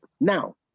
Now